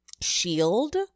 shield